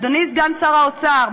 אדוני סגן שר האוצר,